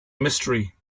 mystery